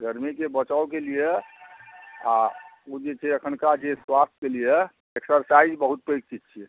गर्मीके बचावके लिए आ ओ जे छै अखनका जे स्वास्थ्यके लिए एक्सरसाइज बहुत पैघ चीज छियै